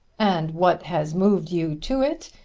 and what has moved you to it?